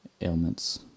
ailments